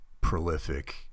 prolific